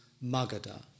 Magadha